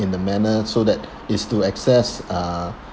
in the manner so that is to access uh